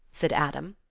said adam.